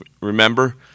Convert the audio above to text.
Remember